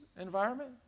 environment